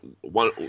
one